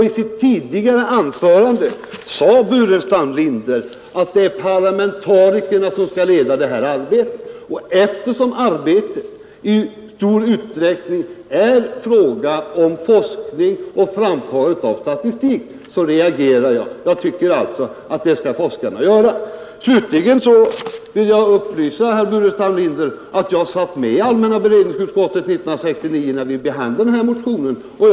I sitt tidigare anförande sade herr Burenstam Linder att det är parlamentarikerna som skall leda detta arbete, och eftersom arbetet i stor utsträckning är en fråga om forskning och framtagande av statistik så reagerar jag. Jag tycker alltså att det skall forskarna göra. Slutligen vill jag upplysa herr Burenstam Linder om att jag satt med i allmänna beredningsutskottet 1969 när vi behandlade ifrågavarande motion.